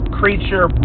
creature